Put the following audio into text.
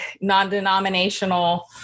non-denominational